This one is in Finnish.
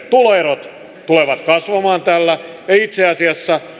tuloerot tulevat kasvamaan ja itse asiassa